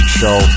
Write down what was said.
show